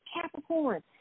Capricorn